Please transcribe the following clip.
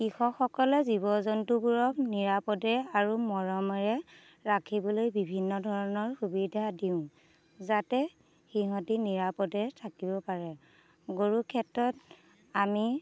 কৃষকসকলে জীৱ জন্তুবোৰক নিৰাপদে আৰু মৰমেৰে ৰাখিবলৈ বিভিন্ন ধৰণৰ সুবিধা দিওঁ যাতে সিহঁতি নিৰাপদে থাকিব পাৰে গৰুৰ ক্ষেত্ৰত আমি